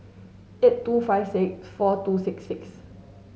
eight two five six four two six six